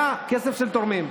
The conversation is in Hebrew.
היה כסף של תורמים,